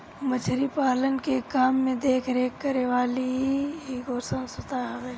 मछरी पालन के काम के देख रेख करे वाली इ एगो संस्था हवे